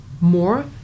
more